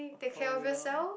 for real